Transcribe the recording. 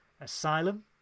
asylum